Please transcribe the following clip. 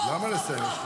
למה לסיים?